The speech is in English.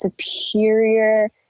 superior